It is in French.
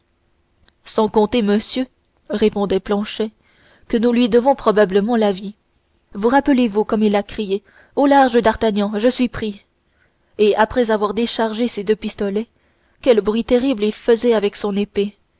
sans compter monsieur répondait planchet que nous lui devons probablement la vie vous rappelez-vous comme il a crié au large d'artagnan je suis pris et après avoir déchargé ses deux pistolets quel bruit terrible il faisait avec son épée